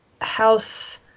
House